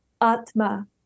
Atma